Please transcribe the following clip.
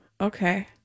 okay